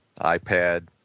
iPad